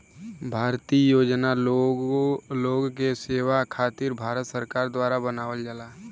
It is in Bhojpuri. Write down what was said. भारतीय योजना लोग के सुविधा खातिर भारत सरकार द्वारा बनावल जाला